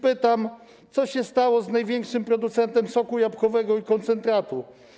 Pytam: Co się stało z największym producentem soku jabłkowego i koncentratu?